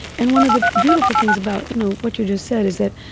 and one of the beautiful things about you know what you just said is that,